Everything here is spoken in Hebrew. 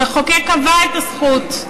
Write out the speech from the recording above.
המחוקק קבע את הזכות,